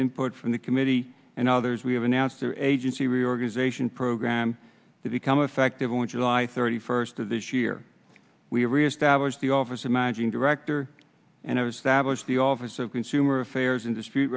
input from the committee and others we have announced our agency reorganization program to become effective on july thirty first of this year we reestablish the office of managing director and other stablished the office of consumer affairs industry